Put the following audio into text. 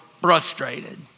frustrated